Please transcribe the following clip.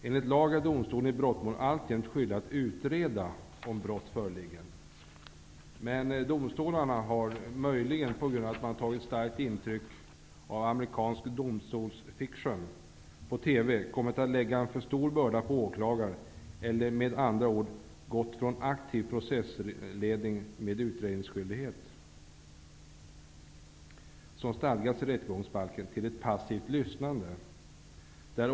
Enligt lag är domstolen i brottmål alltjämt skyldig att utreda om brott föreligger, men domstolarna har, möjligen på grund av att de har tagit starkt intryck av amerikansk domstolsfiction på TV, kommit att lägga en för stor börda på åklagaren eller, med andra ord, gått från aktiv processledning med utredningsskyldighet, som stadgas i rättegångsbalken, till ett passivt lyssnande.